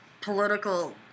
political